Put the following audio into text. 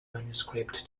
manuscript